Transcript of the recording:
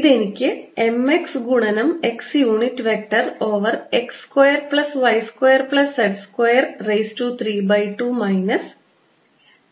ഇതെനിക്ക് m x ഗുണനം x unit vector over x square plus y square plus z square raise to 3 2 minus